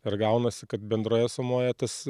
ir gaunasi kad bendroje sumoje tas